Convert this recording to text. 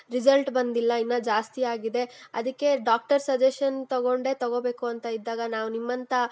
result ಬಂದಿಲ್ಲ ಇನ್ನೂ ಜಾಸ್ತಿ ಆಗಿದೆ ಅದಕ್ಕೆ ಡಾಕ್ಟರ್ ಸಜೆಷನ್ ತಗೊಂಡೇ ತಗೊಬೇಕು ಅಂತ ಇದ್ದಾಗ ನಾವು ನಿಮ್ಮಂಥ